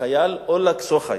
החייל אולג שייחט.